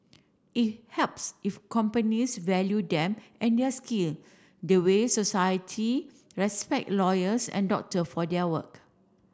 it helps if companies value them and their skill the way society respect lawyers and doctor for their work